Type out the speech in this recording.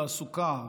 תעסוקה,